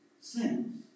sins